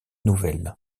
nouvelles